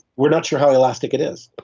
we're not sure how elastic it is.